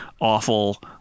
awful